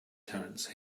terence